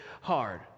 hard